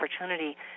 opportunity